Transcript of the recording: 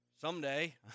someday